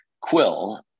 quill